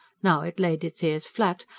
now it laid its ears flat,